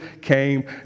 came